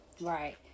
right